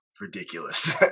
ridiculous